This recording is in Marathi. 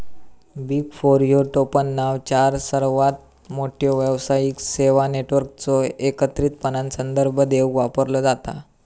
बिग फोर ह्यो टोपणनाव चार सर्वात मोठ्यो व्यावसायिक सेवा नेटवर्कचो एकत्रितपणान संदर्भ देवूक वापरलो जाता